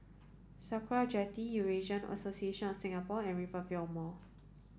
Sakra Jetty Eurasian Association of Singapore and Rivervale Mall